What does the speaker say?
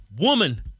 Woman